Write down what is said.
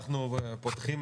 אנחנו פותחים